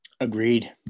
Agreed